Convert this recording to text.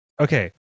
Okay